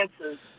chances